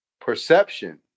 perception